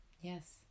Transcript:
Yes